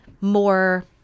more